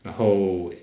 然后